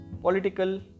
political